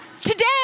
Today